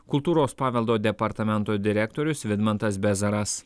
kultūros paveldo departamento direktorius vidmantas bezaras